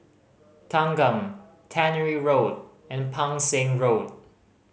Thanggam Tannery Road and Pang Seng Road